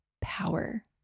power